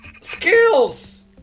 Skills